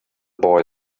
boy